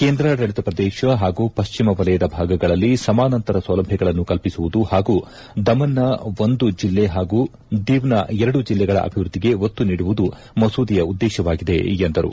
ಕೇಂದ್ರಾಡಳತ ಪ್ರದೇಶ ಹಾಗೂ ಪಶ್ಚಿಮ ವಲಯದ ಭಾಗಗಳಲ್ಲಿ ಸಮಾನಾಂತರ ಸೌಲಭ್ಯಗಳನ್ನು ಕಲ್ಪಿಸುವುದು ಹಾಗೂ ದಮನ್ನ ಒಂದು ಜಿಲ್ಲೆ ಹಾಗೂ ದಿವ್ನ ಎರಡು ಜಿಲ್ಲೆಗಳ ಅಭಿವ್ವದ್ದಿಗೆ ಒತ್ತು ನೀಡುವುದು ಮಸೂದೆಯ ಉದ್ದೇಶವಾಗಿದೆ ಎಂದರು